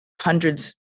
hundreds